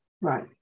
Right